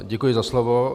Děkuji za slovo.